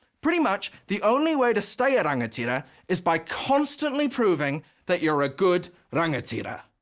pretty much the only way to stay a rangatira is by constantly proving that you're a good rangatira.